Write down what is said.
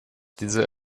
diese